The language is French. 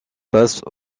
passe